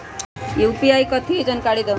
UPI कथी है? जानकारी दहु